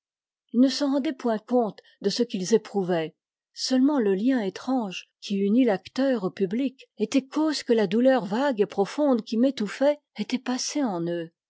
ils ne se rendaient point compte de ce qu'ils éprouvaient seulement le lien étrange qui unit l'acteur au public était cause que la douleur vague et profonde qui m'étouffait était passée en eux